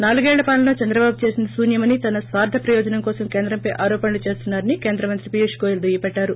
నాలుగేళ్స పాలనలో చంద్రబాబు చేసింది సూన్యమని తన స్వార్ల ప్రయోజనం కోసం కేంద్రంపై ఆరోపణలను చేస్తున్నా రని కేంద్ర మంత్రి పీయూష్ గోయల్ దుయ్యబట్లారు